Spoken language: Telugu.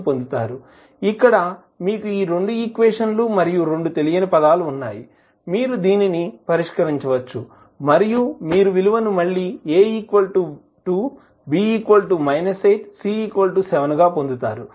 ఇక్కడ మీకు రెండు ఈక్వేషన్ లు మరియు రెండు తెలియని పదాలు ఉన్నాయి మీరు దీనిని పరిష్కరించవచ్చు మరియు మీరు విలువను మళ్ళీ A 2 B −8 C 7 గా పొందుతారు